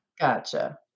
Gotcha